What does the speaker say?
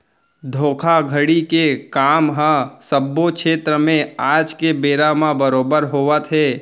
धोखाघड़ी के काम ह सब्बो छेत्र म आज के बेरा म बरोबर होवत हे